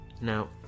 Now